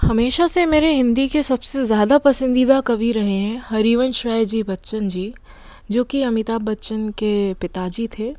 हमेशा से मेरे हिन्दी के सब से ज़ादा पसंदीदा कवि रहे हैं हरिवंश राय जी बच्चन जी जो कि अमिताभ बच्चन के पिता जी थे